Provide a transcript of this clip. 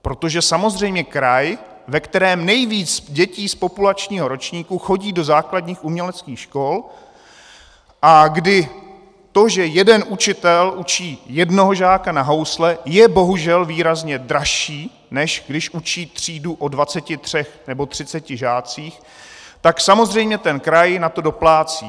Protože samozřejmě kraj, ve kterém nejvíc dětí z populačního ročníku chodí do základních uměleckých škol, a kdy to, že jeden učitel učí jednoho žáka na housle, je bohužel výrazně dražší, než když učí třídu o 23 nebo 30 žácích, tak samozřejmě ten kraj na to doplácí.